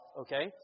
Okay